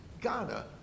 Ghana